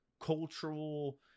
cultural